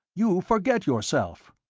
you forget yourself.